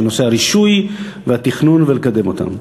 ואלה נושאי הרישוי והתכנון והקידום שלהם.